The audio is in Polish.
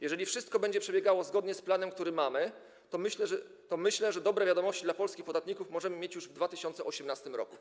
Jeżeli wszystko będzie przebiegało zgodnie z planem, który mamy, to myślę, że dobre wiadomości dla polskich podatników możemy mieć już w 2018 r.